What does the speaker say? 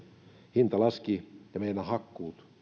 hinta laski ja meillä hakkuut